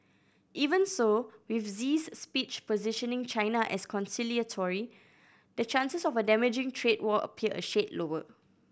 even so with Xi's speech positioning China as conciliatory the chances of a damaging trade war appear a shade lower